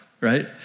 right